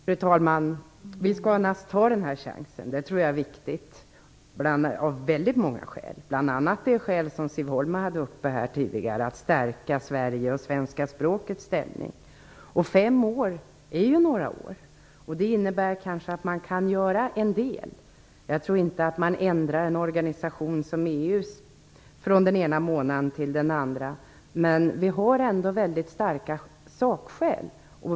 Fru talman! Vi skall naturligtvis ta den här chansen. Det tror jag är viktigt av väldigt många skäl. Ett skäl är det som Siv Holma talade om här tidigare, nämligen att stärka Sveriges och svenska språkets ställning. Fem år är ändå några år. Det innebär kanske att man kan göra en del. Jag tror inte att man ändrar en organisation som EU:s från den ena månaden till den andra. Men vi har i alla fall mycket starka sakskäl.